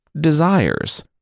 desires